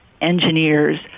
engineers